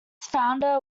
founder